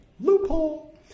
Loophole